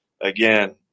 again